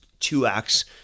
2x